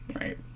right